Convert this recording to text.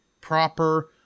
proper